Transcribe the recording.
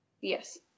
Yes